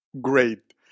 Great